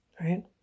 Right